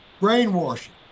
brainwashing